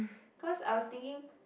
cause I was thinking